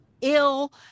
ill